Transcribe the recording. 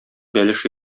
бәлеш